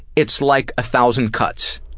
it's like a thousand cuts.